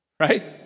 Right